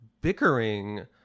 bickering